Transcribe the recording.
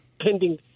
pending